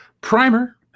Primer